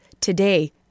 today